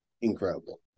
incredible